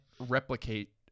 replicate